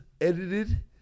edited